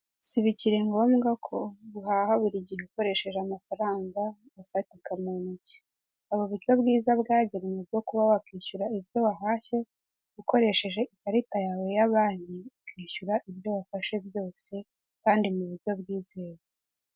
Sibikiri ngombwa ko uhaha buru gihe ukoresheje amafaranaga afatika mu ntoki, hari uburyo bwiza bwagenwe bwo kuba wakishyura ibyo wahashye ukoresheje ikarita yawe ya banke ukishyura ibyo wafashe byose kandi mu buryo bwizewe.